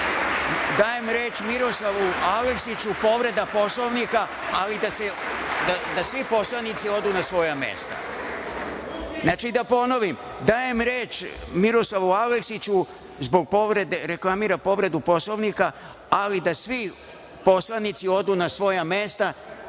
Dajem reč Miroslavu Aleksiću. Povreda Poslovnika, ali da svi poslanici odu na svoja mesta. Znači,